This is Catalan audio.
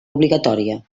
obligatòria